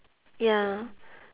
ya